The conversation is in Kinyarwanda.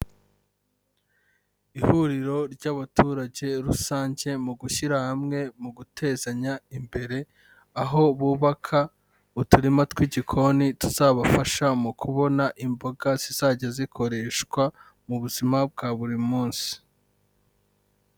Ihuriro ry'abaturage rusange mu gushyira hamwe mu gutezanya imbere, aho bubaka uturima tw'igikoni tuzabafasha mu kubona imboga zizajya zikoreshwa mu buzima bwa buri munsi.